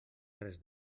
res